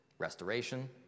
restoration